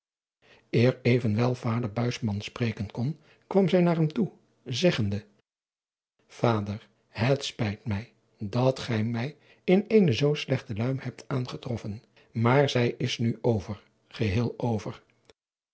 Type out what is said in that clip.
eer evenwel vader buisman spreken kon kwam zij naar hem toe zeggende vader het spijt mij dat gij mij in eene zoo slechte luim hebt aangetroffen maar zij is nu over geheel over